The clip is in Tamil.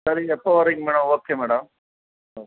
சரி எப்போ வரீங்க மேடம் ஓகே மேடம் ஆ